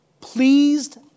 pleased